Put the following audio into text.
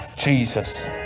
Jesus